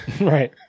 Right